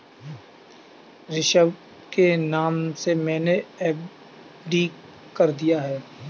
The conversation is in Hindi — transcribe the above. ऋषभ के नाम से मैने एफ.डी कर दिया है